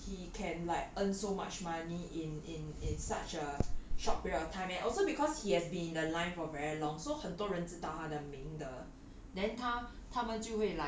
isn't it cool like like he can like earn so much money in in in such a short period of time and also because he has been the line for very long so 很多人知道他的名的